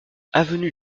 avenue